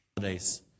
days